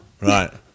Right